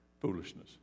foolishness